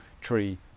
tree